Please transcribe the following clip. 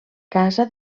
casa